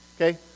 Okay